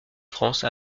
france